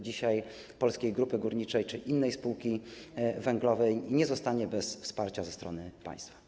Dzisiaj żaden pracownik Polskiej Grupy Górniczej czy innej spółki węglowej nie zostanie bez wsparcia ze strony państwa.